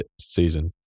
season